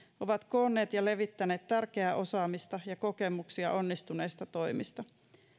ovat koonneet ja levittäneet tärkeää osaamista ja kokemuksia onnistuneista toimista